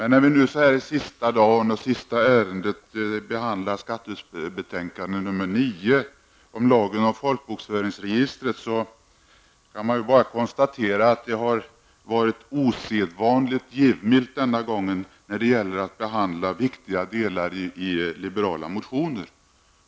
När vi nu sista dagen och i det sista ärendet behandlar skatteutskottets betänkande nr 9 om lag om folkbokföringsregister, m.m., kan man konstatera att utskottet har varit osedvanligt givmilt denna gång när utskottet gäller att behandla viktiga delar i liberala motioner.